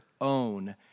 own